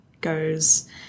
goes